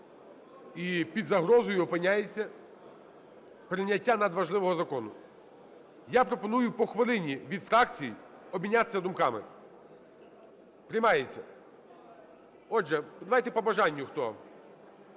І під загрозою опиняється прийняття надважливого закону. Я пропоную по хвилині від фракцій обмінятися думками. Приймається. Отже, давайте по бажанню. Хто?